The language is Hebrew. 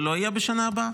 זה לא יהיה בשנה הבאה?